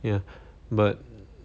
ya but